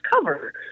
cover